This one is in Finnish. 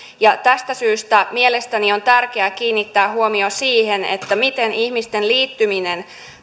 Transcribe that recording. ja tästä syystä mielestäni on tärkeä kiinnittää huomio siihen miten ihmisten liittyminen